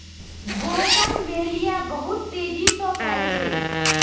bougainvillea बहुत तेजी स फैल छेक